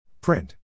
Print